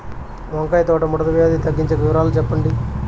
వంకాయ తోట ముడత వ్యాధి తగ్గించేకి వివరాలు చెప్పండి?